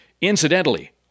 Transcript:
Incidentally